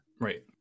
Right